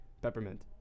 peppermint